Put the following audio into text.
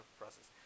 process